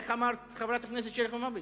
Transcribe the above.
איך אמרת, חברת הכנסת שלי יחימוביץ?